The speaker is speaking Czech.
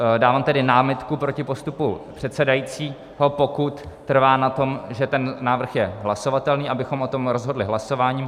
Dávám tedy námitku proti postupu předsedajícího, pokud trvá na tom, že ten návrh je hlasovatelný, abychom o tom rozhodli hlasováním.